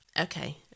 Okay